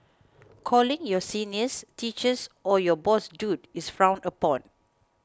calling your seniors teachers or your boss dude is frowned upon